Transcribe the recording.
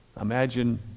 imagine